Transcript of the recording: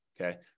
Okay